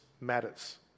matters